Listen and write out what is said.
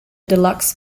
deluxe